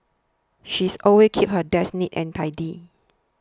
she's always keeps her desk neat and tidy